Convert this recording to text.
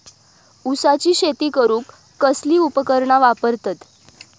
ऊसाची शेती करूक कसली उपकरणा वापरतत?